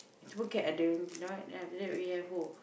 is to put Kat ada then after that we have who